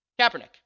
Kaepernick